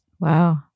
Wow